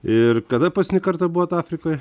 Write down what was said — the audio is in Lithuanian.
ir kada paskutinį kartą buvot afrikoj